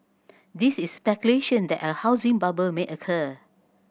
this is speculation that a housing bubble may occur